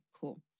cool